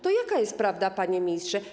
To jaka jest prawda, panie ministrze?